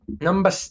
Number